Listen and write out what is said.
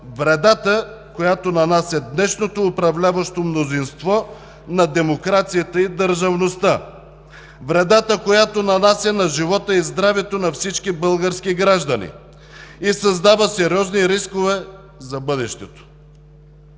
вредата, която нанася днешното управляващо мнозинство на демокрацията и държавността, вредата, която нанася на живота и здравето на всички български граждани и създава сериозни рискове за бъдещето.